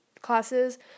classes